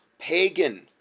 pagan